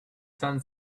sun